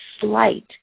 slight